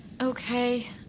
Okay